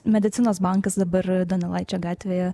medicinos bankas dabar donelaičio gatvėje